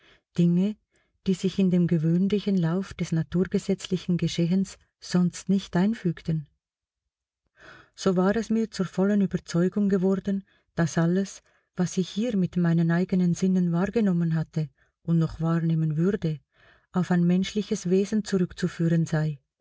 dinge die sich in dem gewöhnlichen lauf des naturgesetzlichen geschehens sonst nicht einfügten so war es mir zur vollen überzeugung geworden daß alles was ich hier mit meinen eigenen sinnen wahrgenommen hatte und noch wahrnehmen würde auf ein menschliches wesen zurückzuführen sei